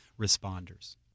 responders